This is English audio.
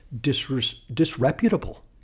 disreputable